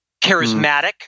charismatic